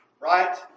right